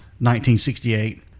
1968